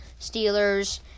Steelers